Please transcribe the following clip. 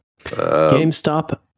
GameStop